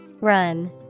Run